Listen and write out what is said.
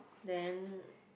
then